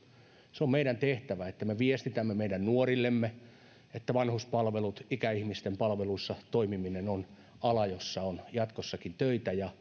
se on meidän tehtävämme että me viestitämme meidän nuorillemme että vanhuspalvelut ikäihmisten palveluissa toimiminen on ala jossa on jatkossakin töitä ja